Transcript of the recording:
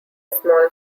small